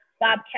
Bobcat